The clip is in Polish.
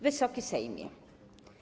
Wysoki Sejmie!